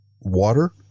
water